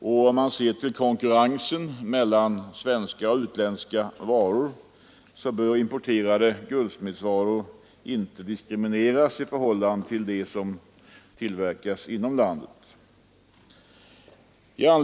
Med tanke på konkurrensen mellan svenska och utländska varor bör importerade guldsmedsvaror inte diskrimineras i förhållande till dem som tillverkas inom landet. Herr talman!